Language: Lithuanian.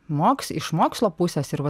moks iš mokslo pusės ir va